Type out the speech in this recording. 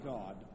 God